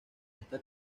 esta